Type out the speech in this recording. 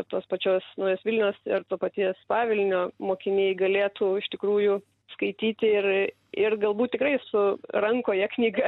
tos pačios naujos vilnios ir to paties pavilnio mokiniai galėtų iš tikrųjų skaityti ir ir galbūt tikrai su rankoje knyga